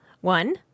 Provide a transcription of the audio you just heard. One